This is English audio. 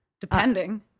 depending